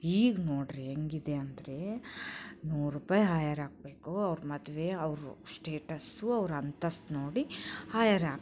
ಈಗ ನೋಡಿರಿ ಹೇಗಿದೆ ಅಂದರೆ ನೂರು ರೂಪಾಯಿ ಹಾಯೆರಾಕಬೇಕು ಅವ್ರ ಮದುವೆ ಅವ್ರ ಸ್ಟೇಟಸ್ಸು ಅವ್ರ ಅಂತಸ್ತು ನೋಡಿ ಹಾಯೆರಾಕ್ತಾರೆ